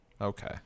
Okay